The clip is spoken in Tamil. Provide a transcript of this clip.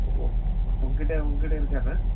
உங்ககிட்ட உங்ககிட்ட இருக்கா சார்